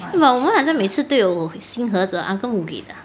but 我们好像每次都有新盒子 uncle 给的